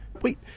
Wait